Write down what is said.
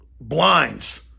blinds